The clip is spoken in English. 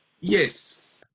Yes